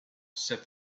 said